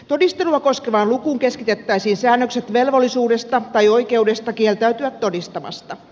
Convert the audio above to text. todistelua koskevaan lukuun keskitettäisiin säännökset velvollisuudesta tai oikeudesta kieltäytyä todistamasta